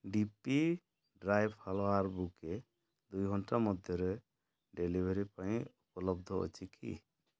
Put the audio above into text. D P dry flower bouquet ଦୁଇ ଘଣ୍ଟା ମଧ୍ୟରେ ଡ଼େଲିଭେରି ପାଇଁ ଉପଲବ୍ଧ ଅଛି କି